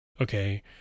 okay